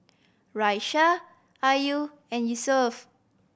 Raisya Ayu and Yusuf